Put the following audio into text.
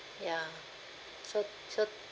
ya so so